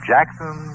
Jackson